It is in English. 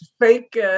fake